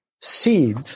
seed